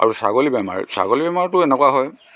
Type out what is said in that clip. আৰু ছাগলী বেমাৰ ছাগলী বেমাৰটো এনেকুৱা হয়